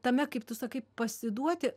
tame kaip tu sakai pasiduoti